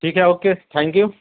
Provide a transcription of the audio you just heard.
ٹھیک ہے okay thank you